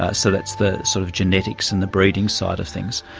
ah so that's the sort of genetics and the breeding side of things.